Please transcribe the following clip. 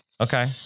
Okay